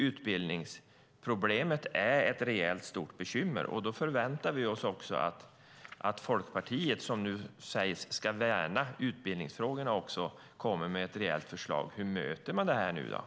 Utbildningsproblemet är ett reellt, stort bekymmer, och då förväntar vi oss att Folkpartiet, som sägs ska värna utbildningsfrågorna, också kommer med ett reellt förslag om hur man ska möta detta.